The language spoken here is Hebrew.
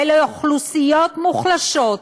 ואוכלוסיות מוחלשות,